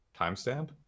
Timestamp